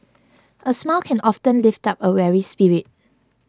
a smile can often lift up a weary spirit